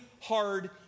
hard